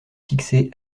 fixé